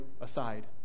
aside